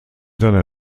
seiner